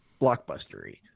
blockbustery